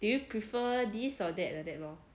do you prefer this or that like that lor